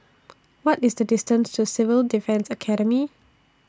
What IS The distance to Civil Defence Academy